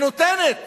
ונותנת